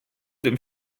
dem